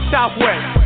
Southwest